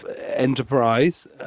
Enterprise